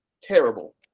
terrible